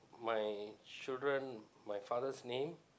my children my father's name